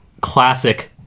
classic